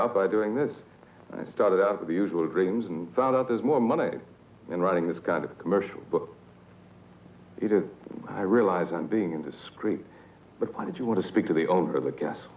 out by doing this i started out with the usual dreams and found out there's more money in writing this kind of commercial but i realize i'm being indiscreet the kind you want to speak to the owner of the gas